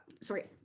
sorry